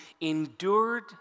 endured